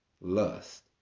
Lust